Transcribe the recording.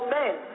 men